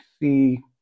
see